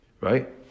Right